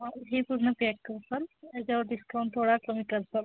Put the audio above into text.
हां हे पूर्ण पॅक करसाल याच्यावर डिस्काऊंट थोडा कमी करसाल